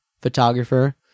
photographer